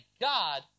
God